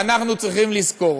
ואנחנו צריכים לזכור.